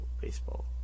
baseball